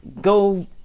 go